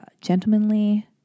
gentlemanly